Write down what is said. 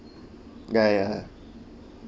ya ya